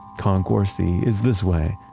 concourse e is this way,